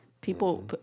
people